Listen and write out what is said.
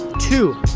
Two